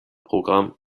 programm